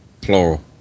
Plural